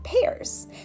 pairs